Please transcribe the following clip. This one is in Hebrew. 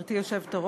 גברתי היושבת-ראש,